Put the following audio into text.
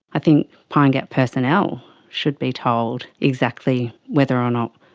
i think pine gap personnel should be told exactly whether or not,